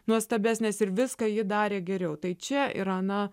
nuostabesnės ir viską ji darė geriau tai čia yra na